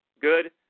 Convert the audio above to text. good